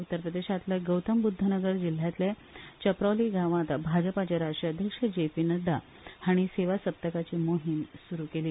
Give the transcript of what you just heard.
उत्तर प्रदेशांतले गौतम ब्द्ध नगर जिल्ल्यांतले चप्रौली गावांत भाजपाचे राष्ट्रीय अध्यक्ष जे पी नड्डा हाणीं सेवा सप्तकाची मोहीम स्रु केली